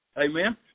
Amen